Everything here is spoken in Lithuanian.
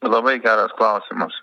labai geras klausimas